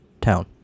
town